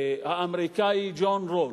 האמריקני ג'ון רולס,